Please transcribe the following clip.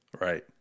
Right